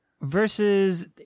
versus